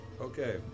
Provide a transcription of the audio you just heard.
Okay